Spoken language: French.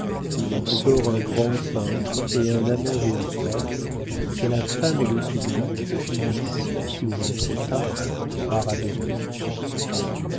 il en sort un grand peintre et un amant véritable que la femme et le public finissent souvent trop tard par adorer